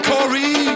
Corey